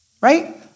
Right